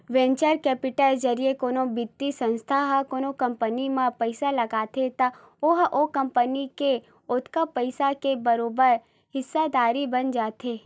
venture capital जरिए कोनो बित्तीय संस्था ह कोनो कंपनी म पइसा लगाथे त ओहा ओ कंपनी के ओतका पइसा के बरोबर हिस्सादारी बन जाथे